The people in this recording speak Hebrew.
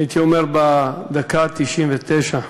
הייתי אומר, בדקה ה-99,